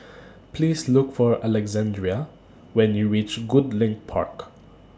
Please Look For Alexandrea when YOU REACH Goodlink Park